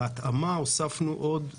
בהתאמה הוספנו עוד שלושה,